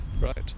right